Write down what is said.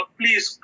please